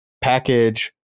package